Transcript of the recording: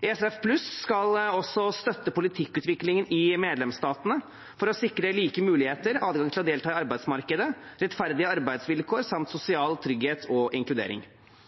ESF+ skal også støtte politikkutviklingen i medlemsstatene for å sikre like